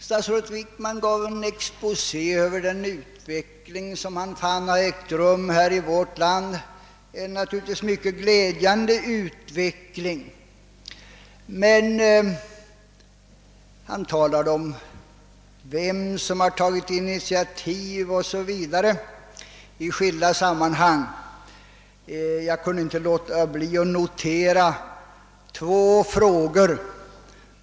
Statsrådet Wickman gav en exposé över den utveckling som han fann ha ägt rum här i landet — en naturligtvis mycket glädjande utveckling — och han talade om vem det var som hade tagit initiativ o. s. v. i skilda sammanhang. Jag kunde inte låta bli att notera två frågor.